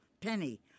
Penny